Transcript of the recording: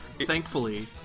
thankfully